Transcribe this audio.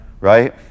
Right